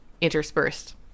interspersed